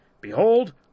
Behold